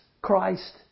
Christ